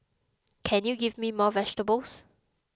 can you give me more vegetables